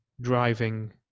driving